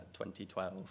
2012